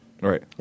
Right